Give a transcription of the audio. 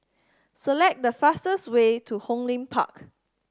select the fastest way to Hong Lim Park